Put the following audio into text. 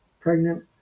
pregnant